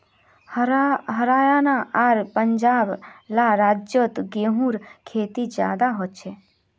हरयाणा आर पंजाब ला राज्योत गेहूँर खेती ज्यादा होछे